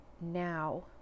now